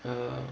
err